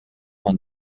man